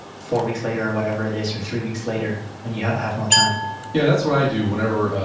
four weeks later or whatever it is, or three weeks later when you have more time yeah. that's what i do whenever,